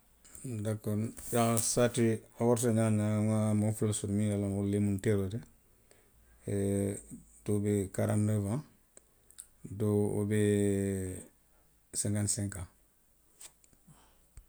Dakoori, nna saatee warata ňaa woo ňaa nŋa moo fula le soto miŋ ye a loŋ ko wolu lemu nteeroolu ti. doo be karanti noowaŋ, doo wo be senkanti senkaŋ